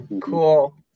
Cool